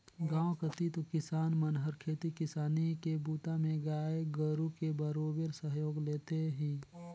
गांव कति तो किसान मन हर खेती किसानी के बूता में गाय गोरु के बरोबेर सहयोग लेथें ही